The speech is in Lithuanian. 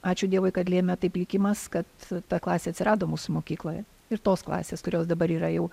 ačiū dievui kad lėmė taip likimas kad ta klasė atsirado mūsų mokykloje ir tos klasės kurios dabar yra jau